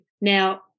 Now